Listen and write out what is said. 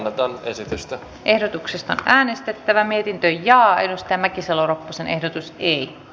kannatan esitystä ehdotuksesta äänestettävä mietintö linjaa edusti mäkisalo ropposen ehdotus ei